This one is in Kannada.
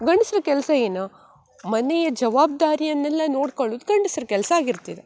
ಗಂಡ್ಸ್ರ ಕೆಲಸ ಏನು ಮನೆಯ ಜವಾಬ್ದಾರಿಯನ್ನೆಲ್ಲ ನೋಡ್ಕೊಳ್ಳುದು ಗಂಡ್ಸ್ರ ಕೆಲಸ ಆಗಿರ್ತದೆ